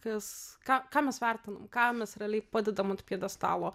kas ką ką mes vertinam ką mes realiai padedam ant pjedestalo